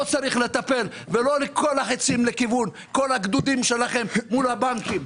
פה צריך לטפל ולא כל החצים לכיוון כל הגדודים שלכם מול הבנקים.